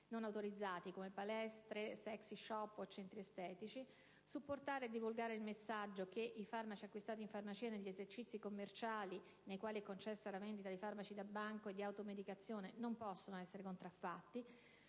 non autorizzati (come palestre, *sexy shop* o centri estetici); supportare e divulgare il messaggio che i farmaci acquistati in farmacia e negli esercizi commerciali nei quali è concessa la vendita di farmaci da banco e di automedicazione non possono essere contraffatti;